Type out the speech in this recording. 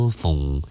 phone